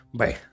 bye